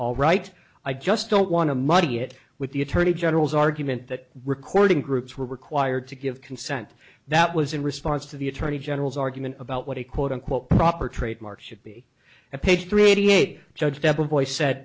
all right i just don't want to muddy it with the attorney general's argument that recording groups were required to give consent that was in response to the attorney general's argument about what he quote unquote proper trademark should be a page three eighty eight judge